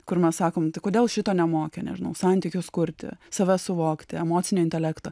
kur mes sakom tai kodėl šito nemokė nežinau santykius kurti save suvokti emocinį intelektą